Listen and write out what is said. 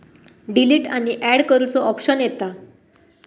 delete आणि and करुचो option येता